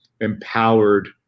empowered